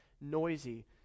noisy